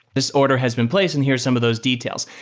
this order has been placed and here are some of those details.